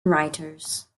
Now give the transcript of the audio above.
writers